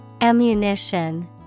Ammunition